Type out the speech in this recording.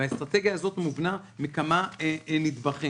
והאסטרטגיה הזאת מובנית מכה נדבכים.